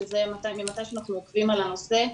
שזה ממתי שאנחנו עוקבים אחרי הנושא,